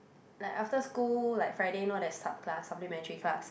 like after school like Friday know there's sup class supplementary class